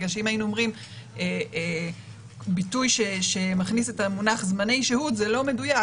בגלל שאם היינו אומרים ביטוי שמכניס את המונח זמני שהות זה לא מדויק,